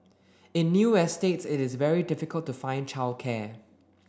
in new estates it is very difficult to find childcare